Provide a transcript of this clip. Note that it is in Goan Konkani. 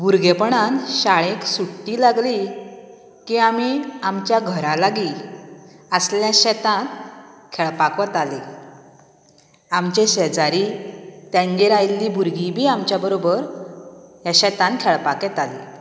भुरगेंपणात शाळेक सुट्टी लागली की आमी आमच्या घरां लागी आसलेल्या शेतांत खेळपाक वतालीं आमचे शेजारी तेंगेर आयिल्ली भुरगींय बी आमच्या बरोबर ह्या शेतांत खेळपाक येतालीं